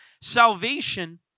Salvation